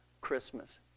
Christmas